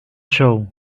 show